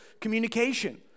communication